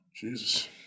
Jesus